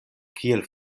kiel